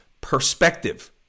perspective